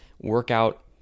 workout